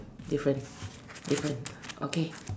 different different okay